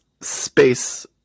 space